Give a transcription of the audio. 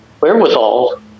wherewithal